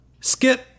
Skit